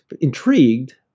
intrigued